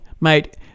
Mate